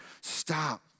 stop